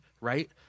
Right